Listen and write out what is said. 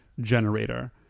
generator